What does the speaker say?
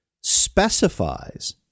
specifies